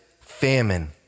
Famine